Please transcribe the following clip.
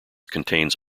contains